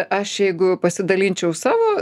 aš jeigu pasidalinčiau savo